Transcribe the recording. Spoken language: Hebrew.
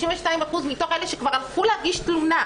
92% מתוך אלה שכבר הלכו להגיש תלונה.